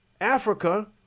Africa